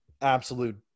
absolute